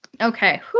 Okay